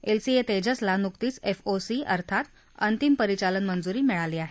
LCA तेजसला नुकतीच FOC अर्थात अंतिम परिचालन मंजुरी मिळाली आहे